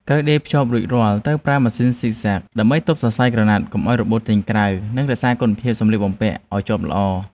ក្រោយដេរភ្ជាប់រួចរាល់ត្រូវប្រើម៉ាស៊ីនហ្ស៊ីកហ្សាក់ ដើម្បីទប់សរសៃក្រណាត់កុំឱ្យរបូតចេញក្រៅ និង រក្សាគុណភាពសម្លៀកបំពាក់ឱ្យជាប់ល្អ។